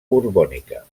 borbònica